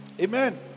Amen